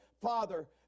father